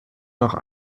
noch